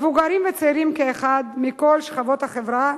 מבוגרים וצעירים כאחד, מכל שכבות החברה,